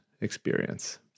experience